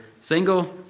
single